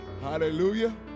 Hallelujah